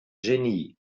genie